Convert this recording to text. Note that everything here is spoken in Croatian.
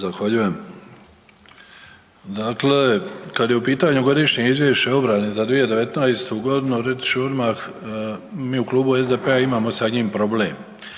Zahvaljujem. Dakle, kada je u pitanju Godišnje izvješće o obrani za 2019. godinu, reći ću odmah mi u Klubu SDP-a imamo sa njim problem